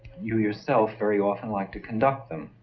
you yourself very often like to conduct them.